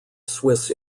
swiss